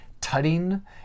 tutting